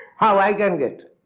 how i can get?